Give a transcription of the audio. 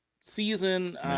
season